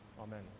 Amen